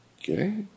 Okay